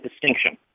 distinction